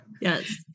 Yes